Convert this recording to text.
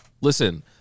Listen